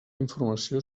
informació